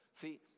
see